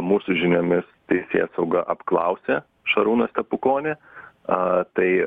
mūsų žiniomis teisėsauga apklausė šarūną stepukonį a tai